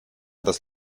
das